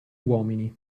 uomini